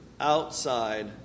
outside